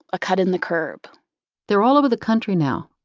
a cut in the curb they're all over the country now.